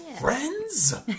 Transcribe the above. Friends